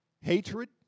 Hatred